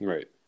Right